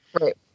Right